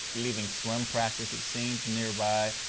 leaving swim practice, it seems, nearby,